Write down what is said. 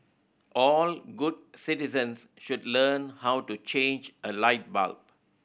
all good citizens should learn how to change a light bulb